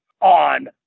on